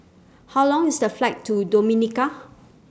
How Long IS The Flight to Dominica